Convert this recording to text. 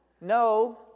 No